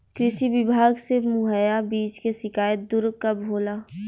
कृषि विभाग से मुहैया बीज के शिकायत दुर कब होला?